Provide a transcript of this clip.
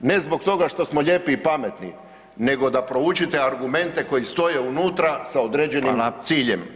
Ne zbog toga što smo lijepi i pametni, nego da proučite argumente koji stoje unutra [[Upadica: Fala]] sa određenim ciljem.